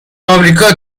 آمریکا